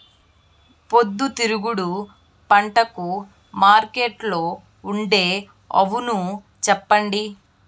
పొద్దుతిరుగుడు పంటకు మార్కెట్లో ఉండే అవును చెప్పండి?